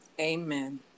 Amen